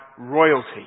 royalty